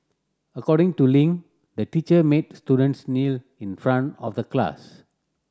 according to Ling the teacher made students kneel in front of the class